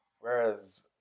Whereas